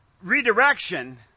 Redirection